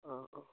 অঁ অঁ